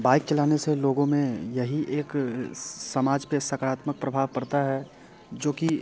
bike चलाने से लोगों में यही एक समाज पर सकारात्मक प्रभाव पड़ता है जो कि